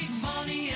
money